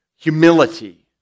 Humility